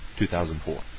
2004